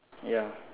ya